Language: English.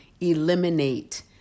eliminate